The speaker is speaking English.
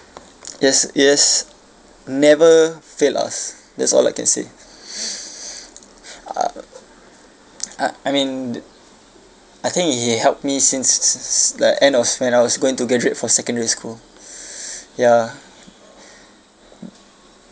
yes yes never fail us that's all I can say uh uh I mean the I think it helped me since s~ s~ s~ like end of when I was going to graduate from secondary school ya